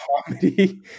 comedy